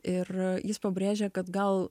ir jis pabrėžia kad gal